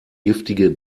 giftige